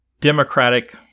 Democratic